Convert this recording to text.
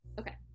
Okay